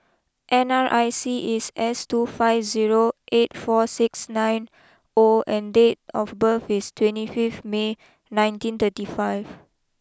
N R I C is S two five zero eight four six nine O and date of birth is twenty five May nineteen thirty five